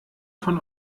von